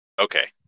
Okay